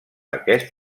aquest